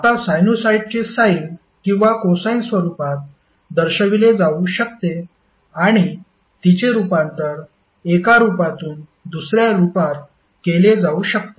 आता साइनुसॉईडचे साइन किंवा कोसाइन स्वरूपात दर्शविले जाऊ शकते आणि तिचे रूपांतर एका रूपातून दुसर्या रूपात केले जाऊ शकते